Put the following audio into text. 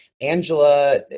Angela